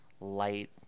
light